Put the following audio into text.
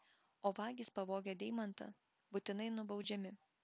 o vagys pavogę deimantą būtinai nubaudžiami